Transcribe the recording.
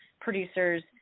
producers